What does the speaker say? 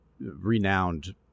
renowned